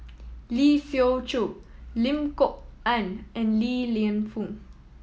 Lee Siew Choh Lim Kok Ann and Li Lienfung